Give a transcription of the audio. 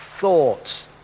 thoughts